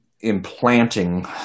implanting